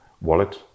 wallet